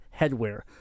headwear